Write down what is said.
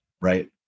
right